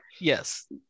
Yes